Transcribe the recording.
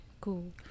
cool